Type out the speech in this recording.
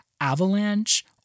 Avalanche